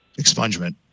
expungement